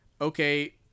okay